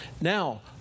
Now